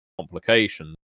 complications